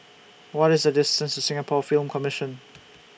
What IS The distance Singapore Film Commission